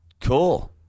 cool